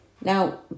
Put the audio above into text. Now